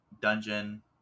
dungeon